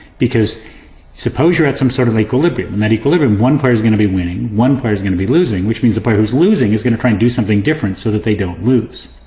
because suppose you're at some sort of equilibrium. in that equilibrium, one player's gonna be winning, one player's gonna be losing. which means the player who's losing is gonna try and do something different so that they don't lose.